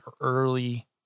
early